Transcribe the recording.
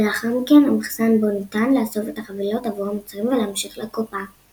ולאחר מכן המחסן בו ניתן לאסוף את החבילות עבור המוצרים ולהמשיך לקופה.